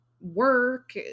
work